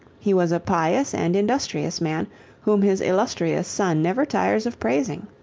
he was a pious and industrious man whom his illustrious son never tires of praising.